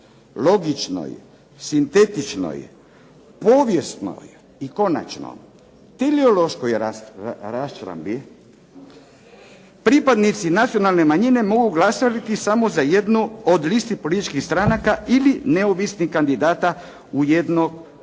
logičnoj, sintetičnoj, povijesnoj i konačno teleološkoj raščlambi pripadnici nacionalne manjine mogu glasovati samo za jednu od listi političkih stranaka ili neovisnih kandidata u jednoj od